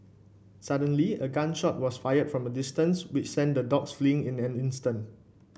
suddenly a gun shot was fired from the distance which sent the dogs fleeing in an instant